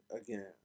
again